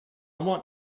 want